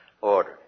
order